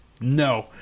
No